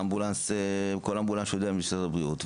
זה כל אמבולנס של משרד הבריאות,